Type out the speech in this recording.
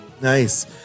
Nice